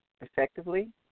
effectively